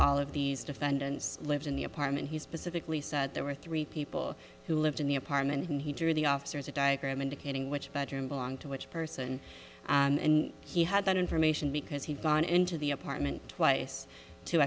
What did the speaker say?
all of these defendants lived in the apartment he specifically said there were three people who lived in the apartment and he drew the officers a diagram indicating which bedroom belong to which person and he had that information because he had gone into the apartment twice to